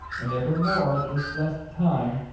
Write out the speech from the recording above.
and evermore at this blest time,